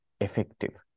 effective